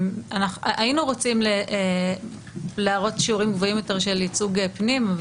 היינו רוצים להראות שיעורים גבוהים יותר של ייצוג פנים.